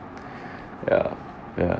ya ya